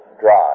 Drive